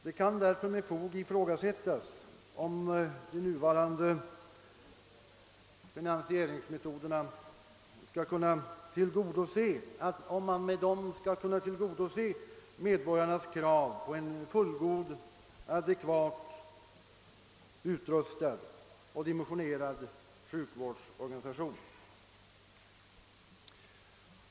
Det kan därför med fog ifrågasättas, om man med de nuvarande finansieringsmetoderna kommer att kunna tillgodose medborgarnas krav på en fullgod, adekvat utrustad och riktigt dimensionerad <sjukvårdsorganisation.